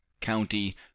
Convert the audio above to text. county